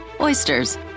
oysters